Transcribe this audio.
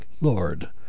Lord